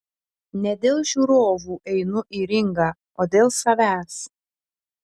ne dėl žiūrovų einu į ringą o dėl savęs